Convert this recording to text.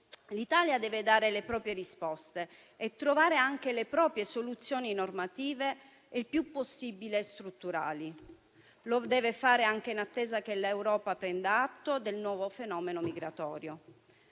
L'Italia deve quindi dare le proprie risposte e trovare anche le proprie soluzioni normative, il più possibile strutturali. Lo deve fare anche in attesa che l'Europa prenda atto del nuovo fenomeno migratorio,